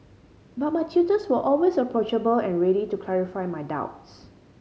but my tutors were always approachable and ready to clarify my doubts